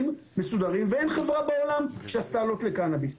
מסודרים ואין חברה בעולם שעשתה לופ לקנאביס.